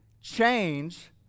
change